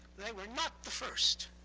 they were not the first.